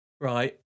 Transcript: right